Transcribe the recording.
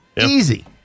Easy